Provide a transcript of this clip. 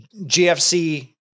GFC